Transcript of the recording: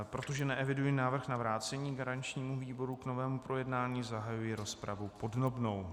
Protože neeviduji návrh na vrácení garančnímu výboru k novému projednání, zahajuji rozpravu podrobnou.